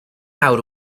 awr